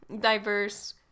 diverse